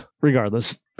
regardless